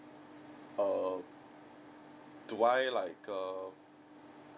err do I like err